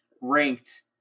ranked